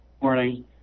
Morning